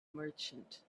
merchant